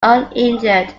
uninjured